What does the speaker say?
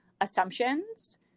assumptions